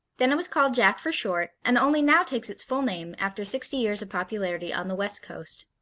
then it was called jack for short, and only now takes its full name after sixty years of popularity on the west coast.